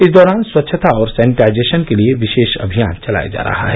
इस दौरान स्वच्छता और सैनिटाइजेशन के लिए विशेष अभियान चलाया जा रहा है